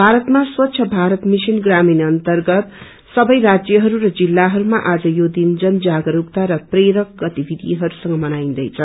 भारतमा स्वच्छ भारत मिशन ग्रामीण अर्न्तगत सबै राज्यहरू र जिल्लाहरूमा आज यो दिन जन जागरूकता र प्रेरक गतिविधिहरूसँग मनाईन्दैछ